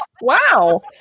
Wow